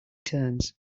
turns